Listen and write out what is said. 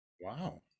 Wow